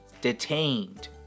Detained